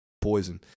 poison